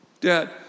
dad